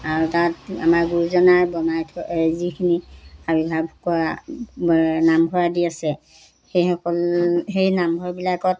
তাত আমাৰ গুৰুজনাই বনাই থৈ যিখিনি আৱিৰ্ভাৱ কৰা নামঘৰ আদি আছে সেইসকল সেই নামঘৰবিলাকত